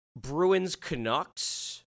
Bruins-Canucks